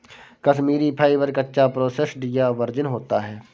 Kashmiri fibre, कच्चा, processed या virgin होता है